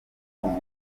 nyuma